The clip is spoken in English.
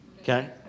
Okay